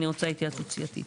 אני רוצה התייעצות סיעתית.